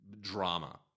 drama